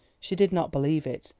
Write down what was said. she did not believe it.